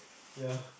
ya